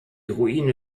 ruine